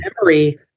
Memory